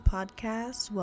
Podcast